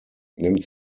nimmt